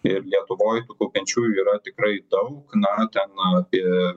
ir lietuvoj tų kaupiančiųjų yra tikrai daug na ten apie